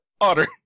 Otter